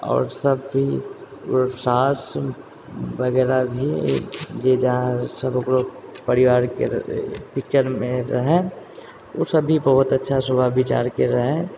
आओर सब भी सास वगैरह भी जे जहाँ सब ओकरो परिवारके पिक्चरमे रहै ओ सब भी बहुत अच्छा स्वभाव विचारके रहै